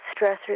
stressors